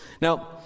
Now